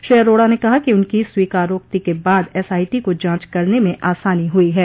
श्री अरोड़ा ने कहा कि उनकी स्वीकारोक्ति के बाद एसआईटी को जांच करने में आसानी हुई है